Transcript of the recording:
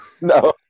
no